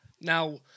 Now